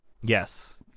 Yes